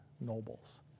nobles